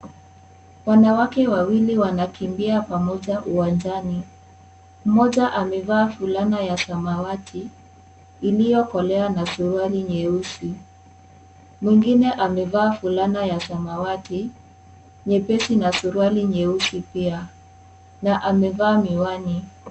Wanawake wawili wanakimbia pamoja uwanjani, mmoja ameva fulana ya samawati ilio kolea na suruali nyeusi. Mwingine ameva fulana ya samawati nyepesi na suruali nyeusi pia na ameva miwani.